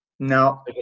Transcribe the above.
No